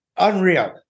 Unreal